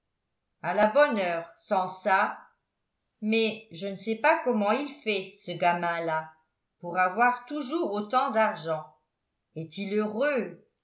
à la bonne heure sans ça mais je ne sais pas comment il fait ce gamin là pour avoir toujours autant d'argent est-il heureux